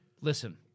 Listen